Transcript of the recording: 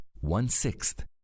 one-sixth